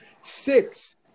Six